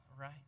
right